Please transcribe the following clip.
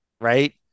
Right